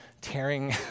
tearing